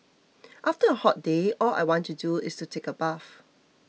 after a hot day all I want to do is take a bath